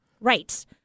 Right